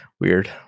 weird